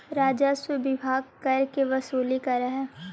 राजस्व विभाग कर के वसूली करऽ हई